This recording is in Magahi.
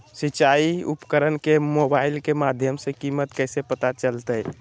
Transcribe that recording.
सिंचाई उपकरण के मोबाइल के माध्यम से कीमत कैसे पता चलतय?